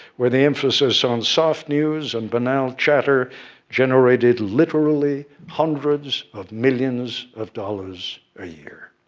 where the emphasis on soft news and banal chatter generated, literally, hundreds of millions of dollars a year.